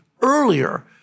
earlier